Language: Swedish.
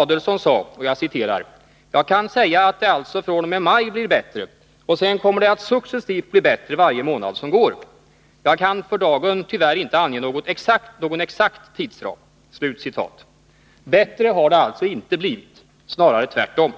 Adelsohn sade: ”Jag kan säga att det alltså fr.o.m. maj blir bättre, och sedan kommer det att successivt bli bättre varje månad som går. Jag kan för dagen tyvärr inte ange någon exakt tidsram.” Bättre har det alltså inte blivit, snarare tvärtom.